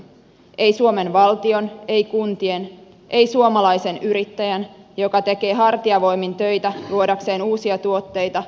ei suomen valtion ei kuntien ei suomalaisen yrittäjän joka tekee hartiavoimin töitä luodakseen uusia tuotteita ja työpaikkoja